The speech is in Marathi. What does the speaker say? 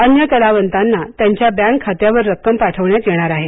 अन्य कलावंतांना त्यांच्या बँक खात्यावर रक्कम पाठविण्यात येणार आहे